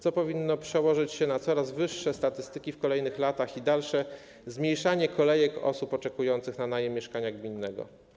co powinno przełożyć się na coraz wyższe statystyki w kolejnych latach i dalsze zmniejszanie kolejek osób oczekujących na najem mieszkania gminnego.